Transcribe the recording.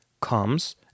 comes